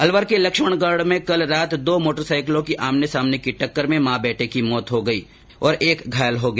अलवर के लक्ष्मणगढ में कल रात दो मोटरसाईकिलों की आमने सामने की टक्कर में मां बेटे की मौके पर ही मौत हो गई और एक घायल हो गया